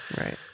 right